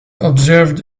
observed